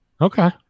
Okay